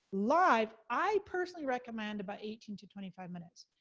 live, i personally recommend about eighteen to twenty five minutes.